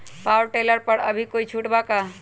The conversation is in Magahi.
पाव टेलर पर अभी कोई छुट बा का?